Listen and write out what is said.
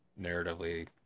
narratively